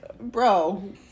bro